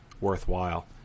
worthwhile